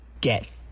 Get